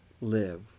live